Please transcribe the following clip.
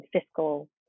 fiscal